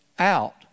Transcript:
out